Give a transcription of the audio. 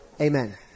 Amen